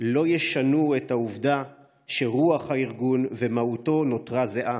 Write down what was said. לא ישנו את העובדה שרוח הארגון ומהותו נותרו זהות.